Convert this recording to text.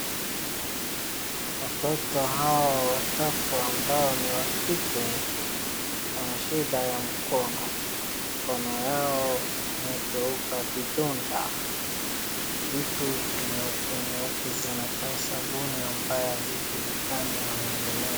Watoto hawa watatu ambao ni wa kike, wana shida ya mkono. Mkono yao imegeuka vidonda, vitu nyeupe nyeupe zinakaa sabuni ambayo zijulikani na mingineo.